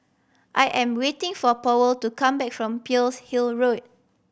I am waiting for Powell to come back from Pearl's Hill Road